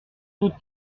toute